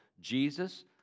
Jesus